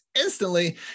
instantly